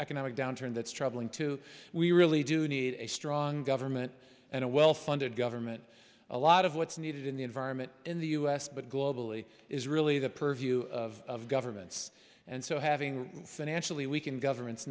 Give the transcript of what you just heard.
economic downturn that's troubling too we really do need a strong government and a well funded government a lot of what's needed in the environment in the u s but globally is really the purview of governments and so having financially we can government